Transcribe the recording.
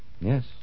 Yes